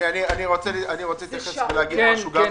זו שערורייה.